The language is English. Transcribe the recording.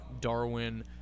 Darwin